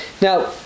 Now